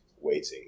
waiting